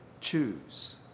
choose